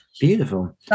beautiful